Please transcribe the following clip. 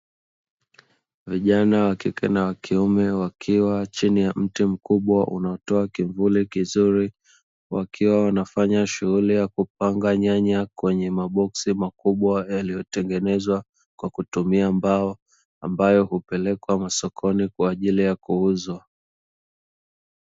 Vijana wa kike na kiume wakiwa chini ya mti mkubwa unaotoa kivuli kizuri, wakiwa wanafanya shughuli ya kupanga nyanya kwenye maboksi makubwa yaliyotengenezwa kwa kutumia mbao ambayo hupelekwa masokoni kwa ajili ya kuuzwa.